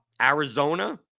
Arizona